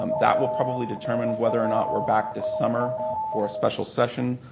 um that will probably determine whether or not we're back this summer for a special session.